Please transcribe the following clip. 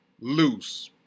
Loose